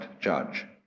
judge